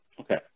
Okay